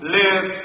live